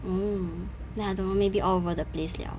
um then I don't know maybe all over the place liao